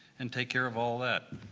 and take care of all of that.